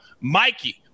Mikey